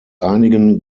einigen